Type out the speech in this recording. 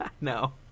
No